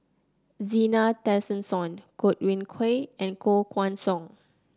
Zena Tessensohn Godwin Koay and Koh Guan Song